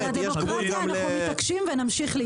על הדמוקרטיה אנחנו מתעקשים, ונמשיך להתעקש.